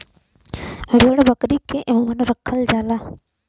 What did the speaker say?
भेड़ बकरी के एमन रखल जाला